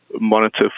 monitor